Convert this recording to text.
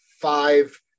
five